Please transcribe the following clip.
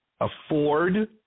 afford